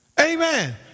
Amen